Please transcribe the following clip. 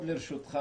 לרשותך.